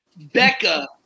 Becca